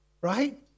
Right